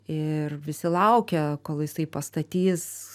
ir visi laukia kol jisai pastatys